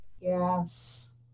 Yes